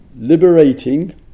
liberating